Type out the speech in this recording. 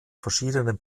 verschiedenen